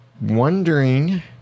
Wondering